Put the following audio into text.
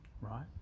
right